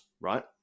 right